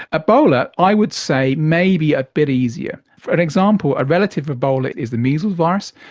ah ebola i would say maybe a bit easier. for an example, a relative of ebola is the measles virus,